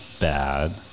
bad